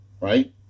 right